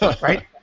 Right